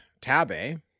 Tabe